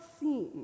seen